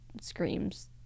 screams